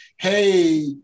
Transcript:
Hey